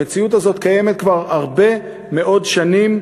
המציאות הזאת קיימת כבר הרבה מאוד שנים,